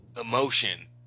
emotion